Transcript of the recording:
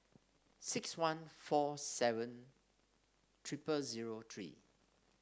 six one four seven triple zero three